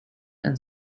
and